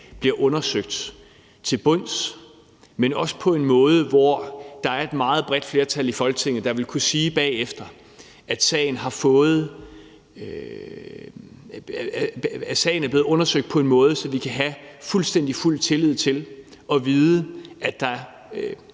bliver undersøgt til bunds, men også på en måde, der betyder, at et meget bredt flertal i Folketinget bagefter vil kunne sige, at sagen er blevet undersøgt på en måde, så vi kan have fuld tillid til, at der er